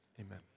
Amen